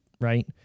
Right